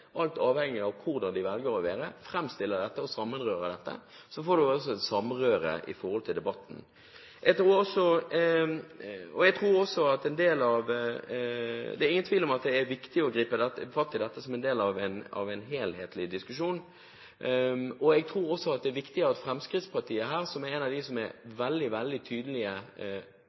alt avhengig av hva de velger å være, framstiller dette og samrører det, får man også et samrøre i debatten. Det er ingen tvil om at det er viktig å gripe fatt i dette som en del av en helhetlig diskusjon. Jeg tror også det er viktig at Fremskrittspartiet, som er blant dem som er veldig tydelig på å si fra og ta opp denne saken som gjelder diskriminering av jøder, er seg veldig